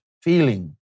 feeling